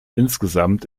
insgesamt